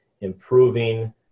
improving